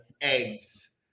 eggs